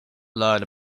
learn